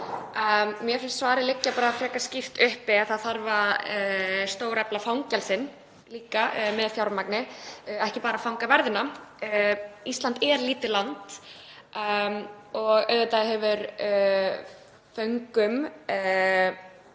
Mér finnst svarið liggja í augum uppi, það þarf að stórefla fangelsin líka með fjármagni, ekki bara fangaverðina. Ísland er lítið land og auðvitað hefur föngum